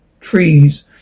trees